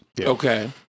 Okay